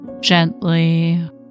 gently